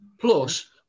Plus